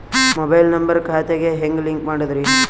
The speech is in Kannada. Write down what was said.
ಮೊಬೈಲ್ ನಂಬರ್ ಖಾತೆ ಗೆ ಹೆಂಗ್ ಲಿಂಕ್ ಮಾಡದ್ರಿ?